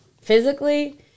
physically